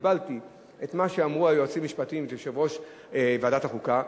קיבלתי את מה שאמרו היועצים המשפטיים ויושב-ראש ועדת החוקה,